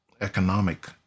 economic